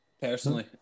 personally